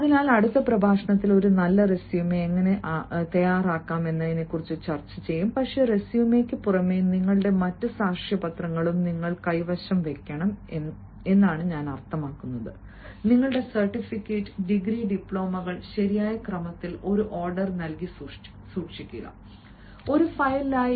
അതിനാൽ അടുത്ത പ്രഭാഷണത്തിൽ ഒരു നല്ല റെസ്യൂമേ എങ്ങനെ ആകാം എന്ന് ചർച്ച ചെയ്യും പക്ഷേ റെസ്യൂമേയ്ക്കു പുറമെ നിങ്ങളുടെ മറ്റ് സാക്ഷ്യപത്രങ്ങളും നിങ്ങൾ കൈവശം വയ്ക്കണം എന്നാണ് ഞാൻ അർത്ഥമാക്കുന്നത് നിങ്ങളുടെ സർട്ടിഫിക്കറ്റ് ഡിഗ്രി ഡിപ്ലോമകൾ ശരിയായ ക്രമത്തിൽ ഒരു ഓർഡർ നൽകി സൂക്ഷിക്കുക ഒരു ഫയലിലായി